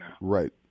right